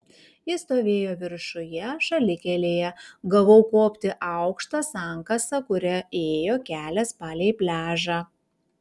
jis stovėjo viršuje šalikelėje gavau kopti aukšta sankasa kuria ėjo kelias palei pliažą